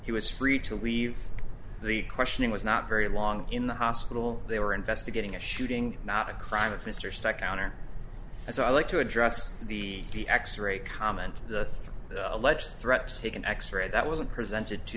he was free to leave the questioning was not very long in the hospital they were investigating a shooting not a crime of mr second or as i like to address the d x ray comment the three alleged threats to take an x ray that wasn't presented to